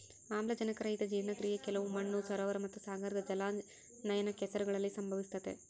ಆಮ್ಲಜನಕರಹಿತ ಜೀರ್ಣಕ್ರಿಯೆ ಕೆಲವು ಮಣ್ಣು ಸರೋವರ ಮತ್ತುಸಾಗರದ ಜಲಾನಯನ ಕೆಸರುಗಳಲ್ಲಿ ಸಂಭವಿಸ್ತತೆ